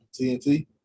TNT